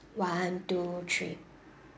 one two three